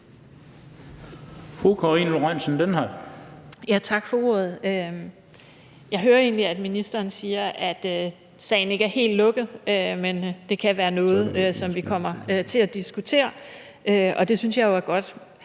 Tak for ordet. Jeg hører egentlig, at ministeren siger, at sagen ikke er helt lukket, men at det kan være noget, som vi kommer til at diskutere, og det synes jeg jo er godt.